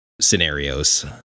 scenarios